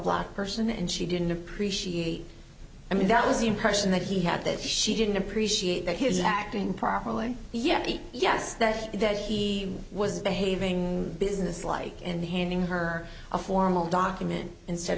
black person and she didn't appreciate i mean that was the impression that he had that she didn't appreciate that his acting properly yes yes that that he was behaving businesslike and handing her a formal document instead